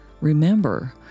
Remember